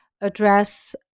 address